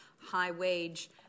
high-wage